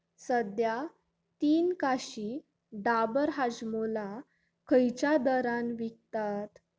सद्या तीन काशी डाबर हाजमोला खंयच्या दरान विकतात